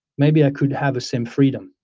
maybe i could have the same freedom.